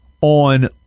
on